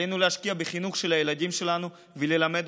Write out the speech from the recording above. עלינו להשקיע בחינוך של הילדים שלנו וללמד